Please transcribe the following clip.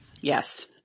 Yes